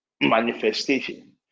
manifestation